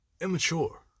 immature